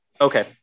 Okay